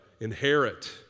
inherit